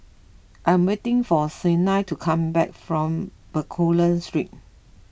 I am waiting for Siena to come back from Bencoolen Street